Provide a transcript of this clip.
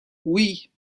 oui